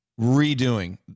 redoing